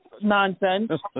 nonsense